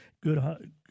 Good